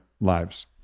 lives